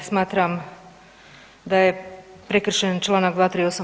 Smatram da je prekršen čl. 238.